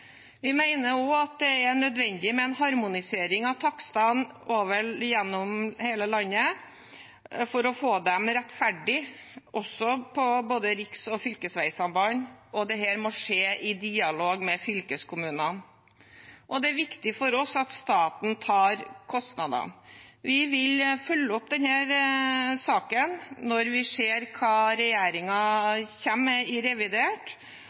Vi mener også det er nødvendig med en harmonisering av takstene gjennom hele landet for å få dem rettferdige for både riks- og fylkesveisamband, og at dette må skje i dialog med fylkeskommunene. Og det er viktig for oss at staten tar kostnadene. Vi vil følge opp denne saken når vi ser hva regjeringen kommer med i revidert,